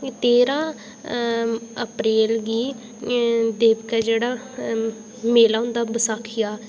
तेरां अप्रैल गी ला होंदा बैसाखी दा